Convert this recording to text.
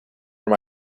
from